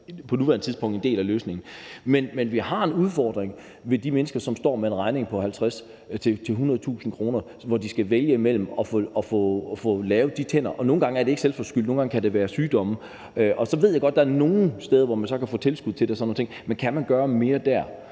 på nuværende tidspunkt allerede er en del af løsningen. Men vi har en udfordring med de mennesker, som står med en regning på 50.000-100.000 kr., hvor de skal vælge, om de skal få lavet de tænder. Og nogle gange er det ikke selvforskyldt, nogle gange kan det være sygdomme. Og så ved jeg godt, at der er nogle steder, hvor man så kan få tilskud til det og sådan nogle ting. Men